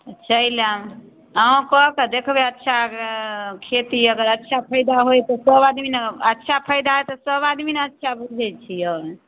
चलि आयब अहाँ कऽ के देखबै अच्छा खेती अगर अच्छा फायदा होइ तऽ सभ आदमी ने अच्छा फायदा होइ तऽ सभ आदमी ने अच्छा बुझै छियै